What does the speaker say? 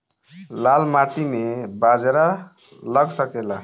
लाल माटी मे बाजरा लग सकेला?